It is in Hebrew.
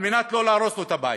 כדי שלא יהרסו לו את הבית.